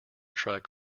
truck